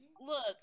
Look